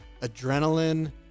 adrenaline